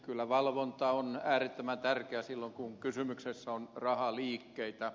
kyllä valvonta on äärettömän tärkeä silloin kun kysymyksessä on rahaliikkeitä